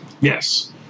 Yes